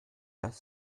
das